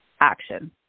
action